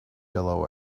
yellow